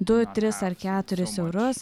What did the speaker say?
du tris ar keturis eurus